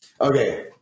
Okay